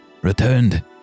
returned